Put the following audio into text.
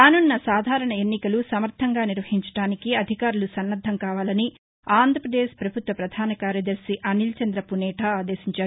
రానున్న సాధారణ ఎన్నికలు సమర్ణంగా నిర్వహించడానికి అధికారులు సన్నద్దం కావాలని ఆంధ్రప్రదేశ్ ప్రభుత్వ ప్రధాన కార్యదర్శి అనిల్ చంద్రాపునేరా ఆదేశించారు